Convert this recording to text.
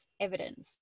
evidence